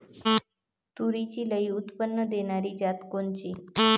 तूरीची लई उत्पन्न देणारी जात कोनची?